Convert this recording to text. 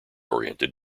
oriented